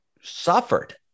suffered